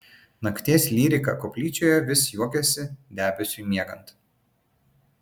nakties lyrika koplyčioje vis juokėsi debesiui miegant